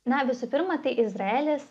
na visų pirma tai izraelis